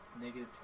Negative